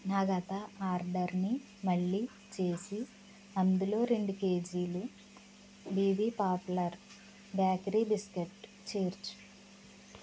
నా గత ఆర్డరుని మళ్ళీ చేసి అందులో రెండు కేజీలు బిబి పాపులర్ బేకరీ బిస్కెట్ చేర్చుము